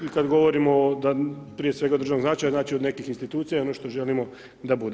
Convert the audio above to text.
I kada govorimo o, prije svega od državnog značaja, znači od nekih institucija i ono što želimo da bude.